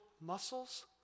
muscles